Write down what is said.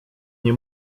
nie